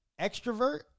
extrovert